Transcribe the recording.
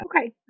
Okay